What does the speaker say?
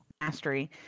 mastery